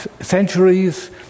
Centuries